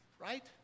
right